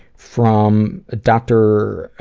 from dr.